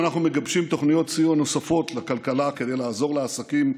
אנחנו מגבשים תוכניות סיוע נוספות לכלכלה כדי לעזור לעסקים,